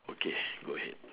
okay go ahead